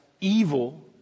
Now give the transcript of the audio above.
evil